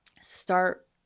start